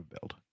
build